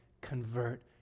convert